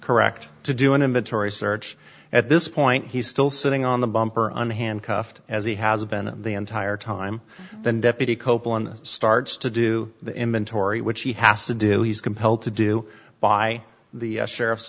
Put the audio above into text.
correct to do an inventory search at this point he's still sitting on the bumper and handcuffed as he has been the entire time then deputy copeland starts to do the inventory which he has to do he's compelled to do by the sheriff's